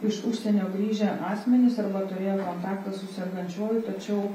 iš užsienio grįžę asmenys arba turėję kontaktą su sergančiuoju tačiau